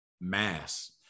mass